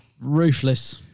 Ruthless